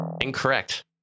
Incorrect